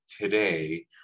today